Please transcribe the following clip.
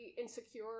insecure